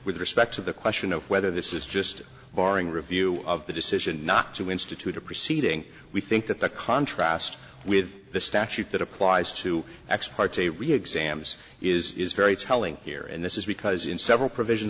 with respect to the question of whether this is just barring review of the decision not to institute a proceeding we think that the contrast with the statute that applies to ex parte re exams is very telling here and this is because in several provisions